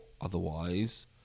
otherwise